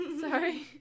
Sorry